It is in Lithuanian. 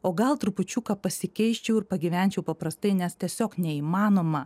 o gal trupučiuką pasikeisčiau ir pagyvenčiau paprastai nes tiesiog neįmanoma